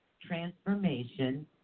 transformation